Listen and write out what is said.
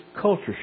culture